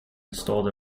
installed